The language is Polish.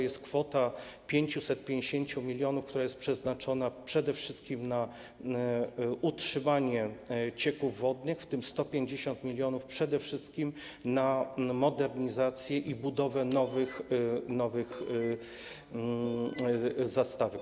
Chodzi o kwotę 550 mln, która jest przeznaczona przede wszystkim na utrzymanie cieków wodnych, w tym 150 mln - przede wszystkim na modernizację i budowę nowych zastawek.